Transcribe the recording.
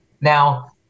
Now